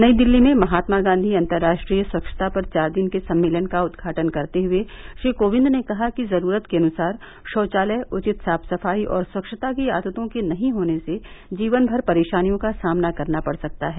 नई दिल्ली में महात्मा गांधी अन्तर्राष्ट्रीय स्वच्छता पर चार दिन के सम्मेलन का उदघाटन करते हुए श्री कोविंद ने कहा कि जरूरत के अनुसार शौचालय उचित साफ सफाई और स्वच्छता की आदतों के नहीं होने से जीवन भर परेशानियों का सामना करना पड़ सकता है